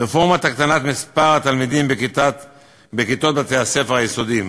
רפורמת הקטנת מספר התלמידים בכיתות בתי-הספר היסודיים.